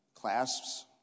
clasps